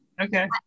Okay